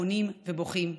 פונים ובוכים.